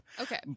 Okay